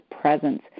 presence